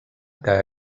que